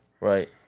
Right